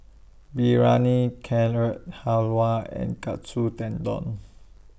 Biryani Carrot Halwa and Katsu Tendon